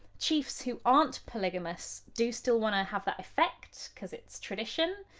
chiefs who aren't polygamists do still want to have that effect, because it's tradition,